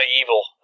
evil